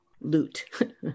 loot